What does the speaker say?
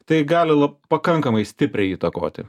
tai gali la pakankamai stipriai įtakoti